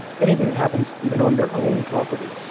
anything that happens, even on their own property,